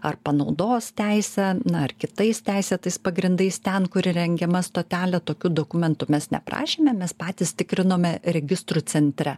ar panaudos teisę na ar kitais teisėtais pagrindais ten kur įrengiama stotelė tokių dokumentų mes neprašėme mes patys tikrinome registrų centre